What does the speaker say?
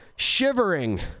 Shivering